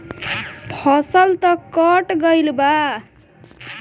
फसल तऽ कट गइल बा